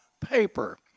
paper